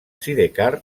sidecar